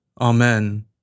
Amen